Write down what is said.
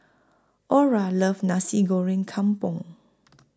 Aura loves Nasi Goreng Kampung